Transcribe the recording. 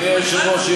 אדוני היושב-ראש,